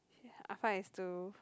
I find it's too